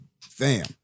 Fam